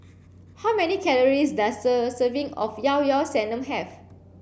how many calories does a serving of liao liao Sanum have